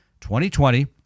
2020